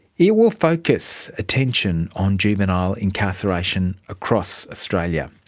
it will focus attention on juvenile incarceration across australia.